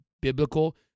biblical